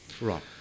Right